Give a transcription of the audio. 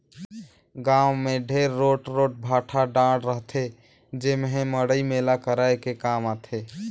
गाँव मे ढेरे रोट रोट भाठा डाँड़ रहथे जेम्हे मड़ई मेला कराये के काम आथे